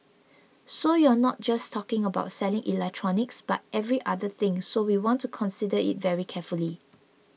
so you're not just talking about selling electronics but every other thing so we want to consider it very carefully